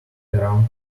around